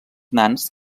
nans